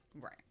Right